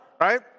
right